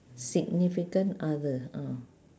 significant other uh